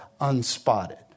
unspotted